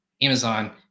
Amazon